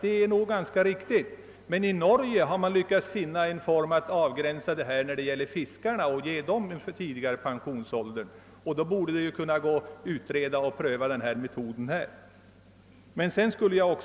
I Norge har man emellertid lyckats finna en form för avgränsning som ger fiskare rätt till förtida pensionsuttag, och det borde vara möjligt att utreda och pröva den metoden även i Sverige. Jag vill.